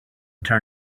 turn